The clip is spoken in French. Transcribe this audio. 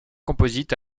composite